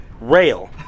rail